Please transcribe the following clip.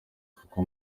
kuko